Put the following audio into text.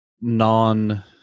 non